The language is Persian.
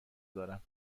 دارم